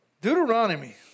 Deuteronomy